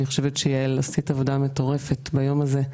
יעל, אני חושבת שעשית עבודה מטורפת ביום הזה.